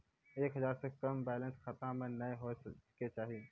एक हजार से कम बैलेंस खाता मे नैय होय के चाही